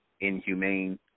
inhumane